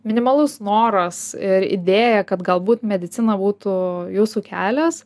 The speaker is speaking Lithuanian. minimalus noras ir idėja kad galbūt medicina būtų jūsų kelias